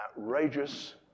outrageous